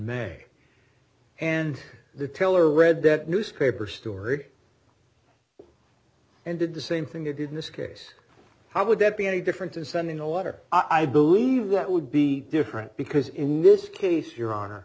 may and the teller read that newspaper story and did the same thing you did in this case how would that be any different than sending a letter i believe that would be different because in this case your honor